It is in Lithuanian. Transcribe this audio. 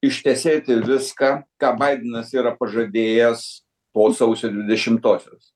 ištesėti viską ką baidenas yra pažadėjęs po sausio dvidešimtosios